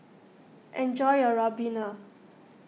enjoy your Ribena